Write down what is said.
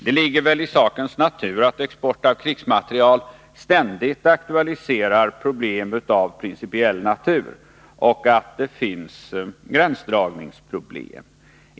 Det ligger väl i sakens natur att export av krigsmateriel ständigt aktualiserar problem av principiell art och att det finns gränsdragningsproblem.